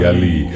Ali